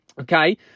okay